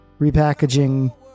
repackaging